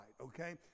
okay